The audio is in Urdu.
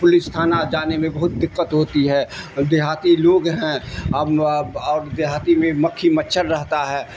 پولیس تھانہ جانے میں بہت دقت ہوتی ہے دیہاتی لوگ ہیں ا اور دیہاتی میں مکھی مچھر رہتا ہے